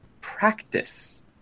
practice